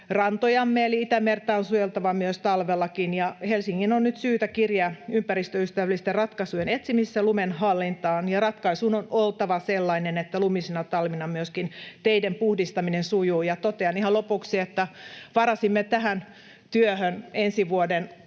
merenrantojamme, eli Itämerta on suojeltava myös talvellakin. Helsingin on nyt syytä kiriä ympäristöystävällisten ratkaisujen etsimisessä lumen hallintaan, ja ratkaisun on oltava sellainen, että lumisena talvena myöskin teiden puhdistaminen sujuu. Totean ihan lopuksi, että varasimme tähän työhön ensi vuoden